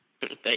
Thank